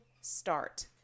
start